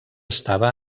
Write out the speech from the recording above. estava